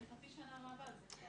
אני כבר חצי שנה רבה על זה.